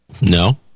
No